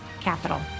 capital